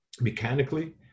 mechanically